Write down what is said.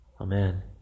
Amen